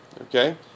Okay